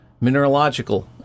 mineralogical